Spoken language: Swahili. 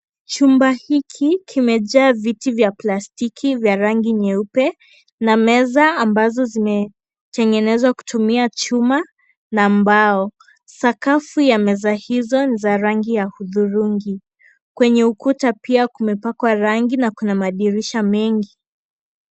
Chumba hiki kimejaa viti vya plastiki vya rangi nyeupe na meza ambazo zimetengenezwa kutumia chuma na mbao. Sakafu ya meza hizo ni za rangi ya hudhurungi. Kwenye ukuta pia kumepakwa rangi na kuna madirisha mengi.